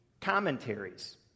commentaries